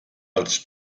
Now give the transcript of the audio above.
als